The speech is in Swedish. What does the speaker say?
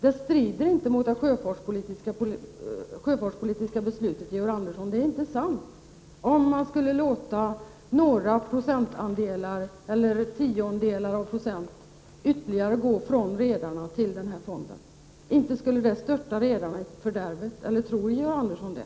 Det är inte sant, Georg Andersson, att det strider mot det sjöfartspolitiska beslutet om man skulle låta några procentandelar eller tiondelar av procent ytterligare gå från redarna till denna fond. Inte skulle det störta redarna i fördärvet — eller tror Georg Andersson det?